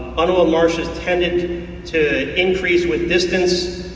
unoiled marshes tended to increase with distance,